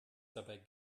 dabei